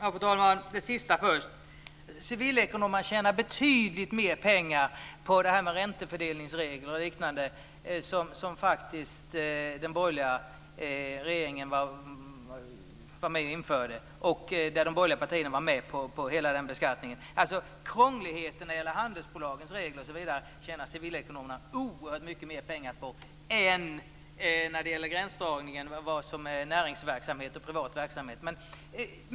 Fru talman! Jag tar det sistnämnda först. Civilekonomerna tjänar betydligt mer pengar på räntefördelningsregler o.d. som faktiskt den borgerliga regeringen var med och införde. De borgerliga partierna var med på hela den beskattningen. Krånglet när det gäller handelsbolagens regler osv. tjänar Civilekonomerna oerhört mycket mer pengar på än när det gäller gränsdragningen mellan vad som är näringsverksamhet och privat verksamhet.